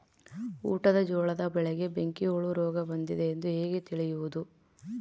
ಊಟದ ಜೋಳದ ಬೆಳೆಗೆ ಬೆಂಕಿ ಹುಳ ರೋಗ ಬಂದಿದೆ ಎಂದು ಹೇಗೆ ತಿಳಿಯುವುದು?